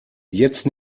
jetzt